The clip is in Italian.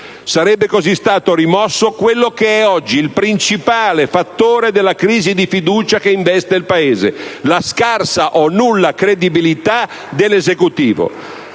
Sarebbe così stato rimosso quello che è oggi il principale fattore della crisi di fiducia che investe il Paese: la scarsa o nulla credibilità dell'Esecutivo.